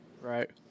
Right